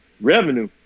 revenue